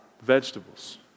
vegetables